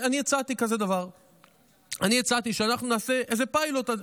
הצעתי שאנחנו נעשה איזה פיילוט.